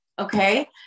okay